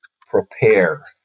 prepare